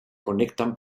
conectan